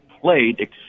played